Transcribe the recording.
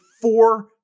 four